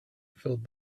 filled